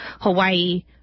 Hawaii